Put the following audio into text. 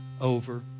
over